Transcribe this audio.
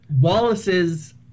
Wallace's